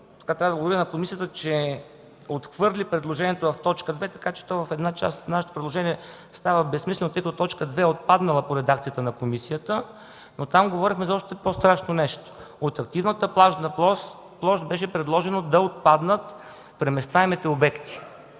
връзка трябва да благодаря на комисията, че отхвърли предложението в т. 2, така че в една част нашето предложение става безсмислено, тъй като т. 2 е отпаднала по редакцията на комисията, но там говорихме за още по-страшно нещо – от активната плажна площ беше предложено да отпаднат преместваемите обекти.